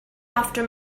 after